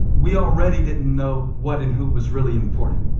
we already didn't know what and who was really important.